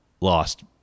lost